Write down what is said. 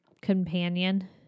companion